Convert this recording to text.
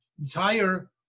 entire